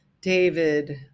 David